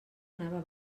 anava